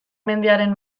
mendiaren